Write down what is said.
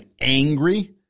angry